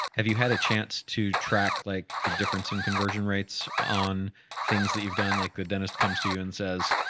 have you had a chance to track like the difference in conversion rates on things that you've done? like good dentist comes to you and says,